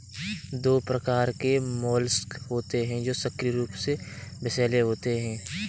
दो प्रकार के मोलस्क होते हैं जो सक्रिय रूप से विषैले होते हैं